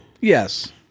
Yes